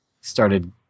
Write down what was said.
started